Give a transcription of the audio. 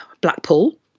blackpool